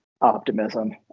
optimism